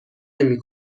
نمی